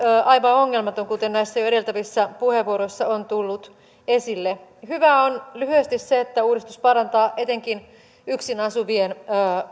aivan ongelmaton kuten jo näissä edeltävissä puheenvuoroissa on tullut esille hyvää on lyhyesti se että uudistus parantaa etenkin yksin asuvien